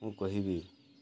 ମୁଁ କହିବି